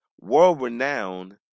world-renowned